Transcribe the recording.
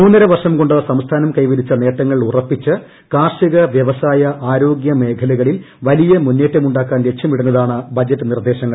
മൂന്നരവർഷം കൊണ്ട് സംസ്ഥാനം കൈവരിച്ച നേട്ടങ്ങൾ ഉറപ്പിച്ച് കാർഷിക വ്യവസായ ആരോഗ്യ മേഖലകളിൽ വലിയ മുന്നേറ്റമുണ്ടാക്കാൻ ലക്ഷ്യമിടുന്നതാണ് ബജറ്റ് നിർദേശങ്ങൾ